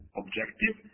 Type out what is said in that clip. objective